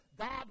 God